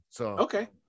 Okay